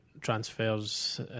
transfers